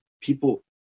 People